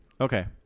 Okay